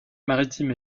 maritime